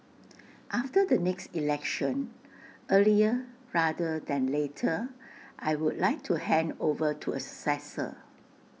after the next election earlier rather than later I would like to hand over to A successor